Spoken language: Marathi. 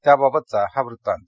त्याबाबतचा हा वृत्तांत